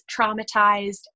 traumatized